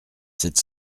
sept